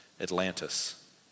Atlantis